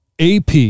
AP